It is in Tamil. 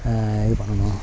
இது பண்ணணும்